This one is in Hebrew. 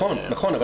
נכון,